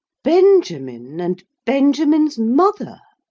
benjamin and benjamin's mother!